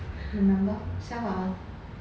remember send by when